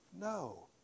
No